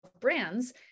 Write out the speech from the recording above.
brands